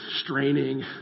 straining